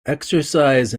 exercise